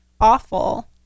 awful